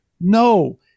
no